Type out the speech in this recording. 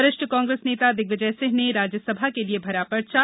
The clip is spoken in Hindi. वरिष्ठ कांग्रेस नेता दिग्विजय सिंह ने राज्यसभा के लिए भरा पर्चा